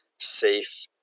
Safe